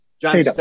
John